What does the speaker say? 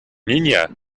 niña